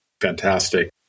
fantastic